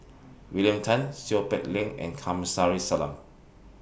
William Tan Seow Peck Leng and Kamsari Salam